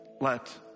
let